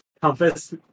compass